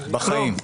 בחיים.